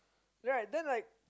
right then like